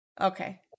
Okay